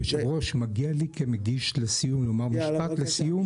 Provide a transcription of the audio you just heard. היו"ר, מגיע לי כמגיש לומר משפט לסיום.